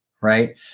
right